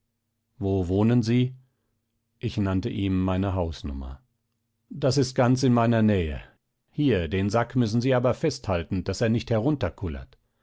wo wohnen sie ich nannte ihm meine hausnummer das ist ganz in meiner nähe hier den sack müssen sie aber festhalten daß er nicht